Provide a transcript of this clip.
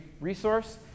resource